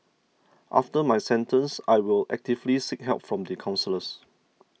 after my sentence I will actively seek help from the counsellors